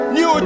New